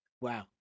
Wow